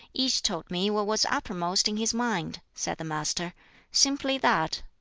each told me what was uppermost in his mind, said the master simply that.